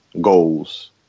goals